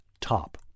top